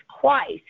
Twice